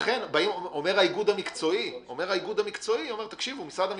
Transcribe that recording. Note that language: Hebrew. לכן האיגוד המקצועי אומר משרד המשפטים,